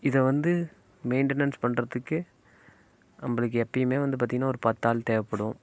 இதை வந்து மெயின்டெனன்ஸ் பண்ணுறதுக்கு நம்மளுக்கு எப்பயுமே வந்து பார்த்திங்கனா ஒரு பத்து ஆள் தேவைப்படும்